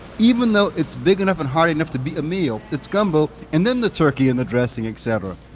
even though it's big enough and hardy enough to be a meal, it's gumbo and then the turkey and the dressing, et cetera.